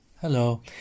Hello